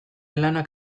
lanak